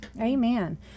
Amen